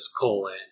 colon